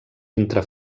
entre